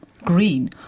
green